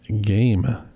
Game